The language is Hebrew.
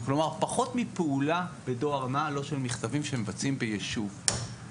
כלומר מפחות מפעולה בדואר נע לא של מכתבים שמבצעים ביישוב.